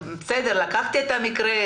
לקחתי עליי את המקרה,